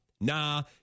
Nah